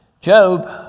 Job